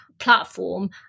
platform